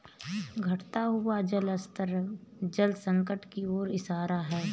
घटता हुआ जल स्तर जल संकट की ओर इशारा है